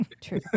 true